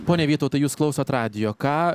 pone vytautai jūs klausote radijo ką